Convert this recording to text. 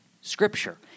scripture